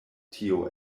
tio